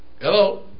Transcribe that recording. hello